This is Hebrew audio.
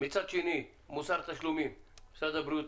מצד שני מוסר תשלומים: משרד הבריאות